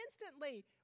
instantly